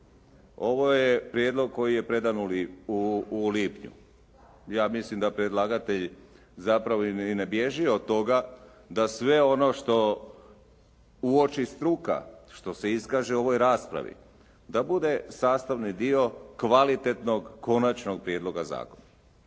Ovo je prijedlog koji je predan u lipnju. Ja mislim da predlagatelj zapravo i ne bježi od toga da sve ono što uoči struka, što se iskaže u ovoj raspravi da bude sastavni dio kvalitetnog konačnog prijedloga zakona.